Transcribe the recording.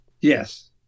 Yes